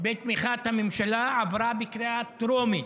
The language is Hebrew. בתמיכת הממשלה, עברה בקריאה טרומית.